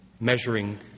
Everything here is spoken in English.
measuring